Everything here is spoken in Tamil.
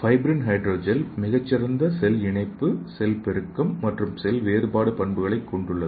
ஃபைப்ரின் ஹைட்ரோ ஜெல் மிகச் சிறந்த செல் இணைப்பு செல் பெருக்கம் மற்றும் செல் வேறுபாடு பண்புகளைக் கொண்டுள்ளது